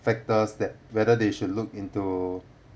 factors that whether they should look into